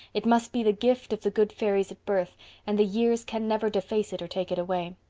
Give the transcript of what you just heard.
it must be the gift of the good fairies at birth and the years can never deface it or take it away.